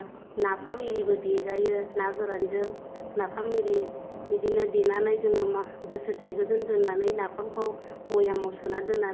नाफाम एरिबो देजायो ना गोरानजों नाफाम एरि बिदिनो देनानै जोङो बोसोरसे गोजो दोननानै नाफामखौ बैयामाव सोना दोननानै